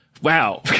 Wow